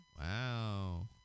Wow